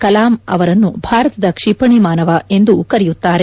ಕಲಾಂ ಅವರನ್ನು ಭಾರತದ ಕ್ಷಿಪಣಿ ಮಾನವ ಎಂದೂ ಕರೆಯುತ್ತಾರೆ